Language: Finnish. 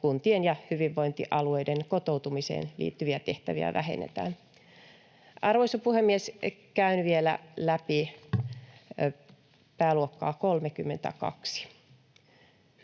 Kuntien ja hyvinvointialueiden kotoutumiseen liittyviä tehtäviä vähennetään. Arvoisa puhemies! Käyn vielä läpi pääluokkaa 32: